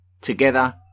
together